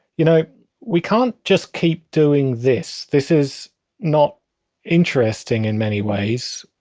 you know we can't just keep doing this. this is not interesting in many ways.